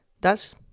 Thus